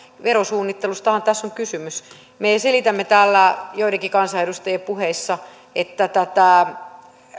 verosuunnittelustahan tässä on kysymys me selitämme täällä joidenkin kansanedustajien puheissa että tätä